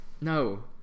No